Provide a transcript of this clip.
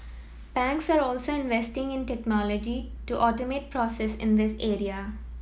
banks are also investing in technology to automate processes in this area